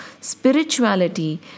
spirituality